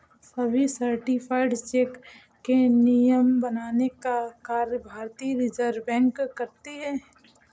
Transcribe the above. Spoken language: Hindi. सभी सर्टिफाइड चेक के नियम बनाने का कार्य भारतीय रिज़र्व बैंक करती है